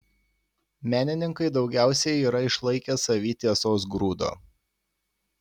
menininkai daugiausiai yra išlaikę savyj tiesos grūdo